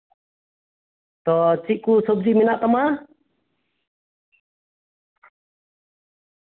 ᱛᱚ ᱪᱮᱫ ᱠᱩ ᱥᱚᱵᱡᱤ ᱢᱮᱱᱟᱜ ᱛᱟᱢᱟ